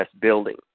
building